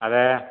അതേ